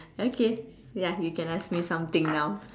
okay ya you can ask me something now